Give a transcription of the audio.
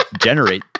generate